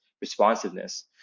responsiveness